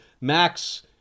Max